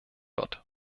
wird